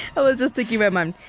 i was just thinking about mine?